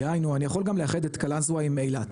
דהיינו אני יוכל גם לאחד את קלאנסווה עם אילת,